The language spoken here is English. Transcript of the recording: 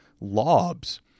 lobs